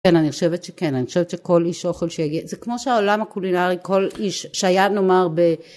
כן אני חושבת שכן אני חושבת שכל איש אוכל שיגיע, זה כמו שהעולם הקולינרי כל איש, שהיה נאמר ב...